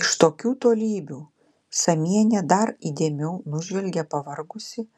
iš tokių tolybių samienė dar įdėmiau nužvelgia pavargusį